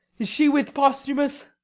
is she with posthumus?